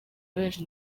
benshi